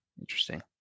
Interesting